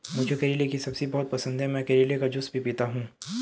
मुझे करेले की सब्जी बहुत पसंद है, मैं करेले का जूस भी पीता हूं